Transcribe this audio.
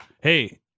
Hey